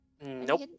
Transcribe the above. Nope